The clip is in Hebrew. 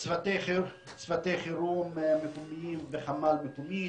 צוותי חירום מקומיים וחמ"ל מקומי.